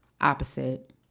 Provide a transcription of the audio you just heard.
opposite